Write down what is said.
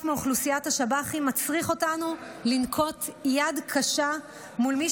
מאוכלוסיית השב"חים מצריך אותנו לנקוט יד קשה מול מי